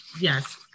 yes